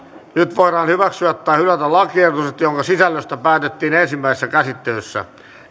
nyt voidaan hyväksyä tai hylätä lakiehdotus jonka sisällöstä päätettiin ensimmäisessä käsittelyssä